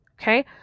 Okay